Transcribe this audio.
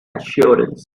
assurance